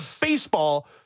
baseball